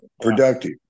productive